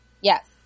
Yes